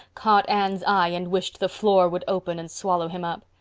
caught anne's eye and wished the floor would open and swallow him up.